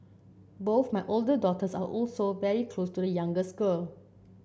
both my older daughters are also very close to the youngest girl